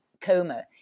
coma